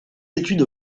études